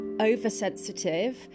oversensitive